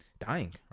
dying